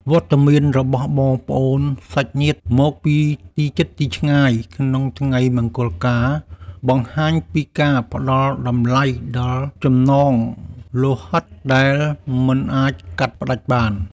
វត្តមានរបស់បងប្អូនសាច់ញាតិមកពីទីជិតទីឆ្ងាយក្នុងថ្ងៃមង្គលការ បង្ហាញពីការផ្តល់តម្លៃដល់ចំណងលោហិតដែលមិនអាចកាត់ផ្តាច់បាន។